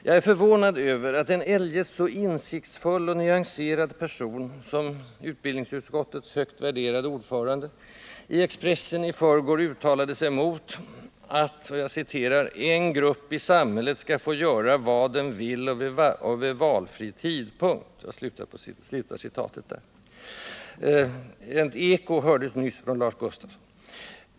Jag är förvånad över att en eljest så insiktsfull och nyanserad person som utbildningsutskottets högt värderade ordförande i Expressen i förrgår uttalade sig mot att ”en grupp i samhället skall få göra vad den vill och vid valfri tidpunkt”. Ett eko härav hördes nyss från Lars Gustafsson.